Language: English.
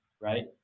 Right